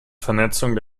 vernetzung